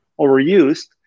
overused